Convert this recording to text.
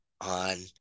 on